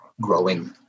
growing